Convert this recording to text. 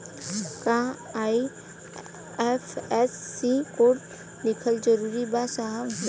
का IFSC code लिखल जरूरी बा साहब?